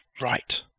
right